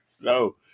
No